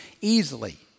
easily